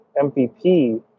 MVP